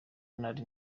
nari